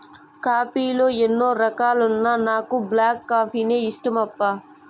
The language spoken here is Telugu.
కాఫీ లో ఎన్నో రకాలున్నా నాకు బ్లాక్ కాఫీనే ఇష్టమప్పా